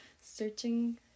searching